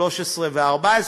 2013 ו-2014.